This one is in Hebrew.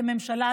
כממשלה,